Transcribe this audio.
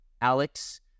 Alex